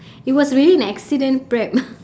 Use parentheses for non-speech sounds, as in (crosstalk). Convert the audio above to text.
it was really an accident prep (laughs)